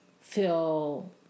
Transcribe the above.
feel